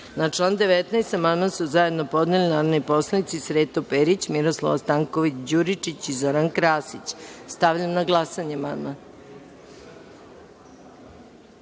amandman su zajedno podneli narodni poslanici Sreto Perić, Miroslava Stanković Đuričić i Zoran Krasić. Stavljam na glasanje